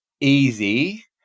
easy